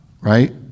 Right